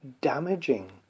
damaging